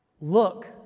Look